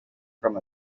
from